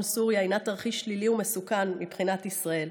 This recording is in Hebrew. סוריה הינה תרחיש שלילי ומסוכן מבחינת ישראל.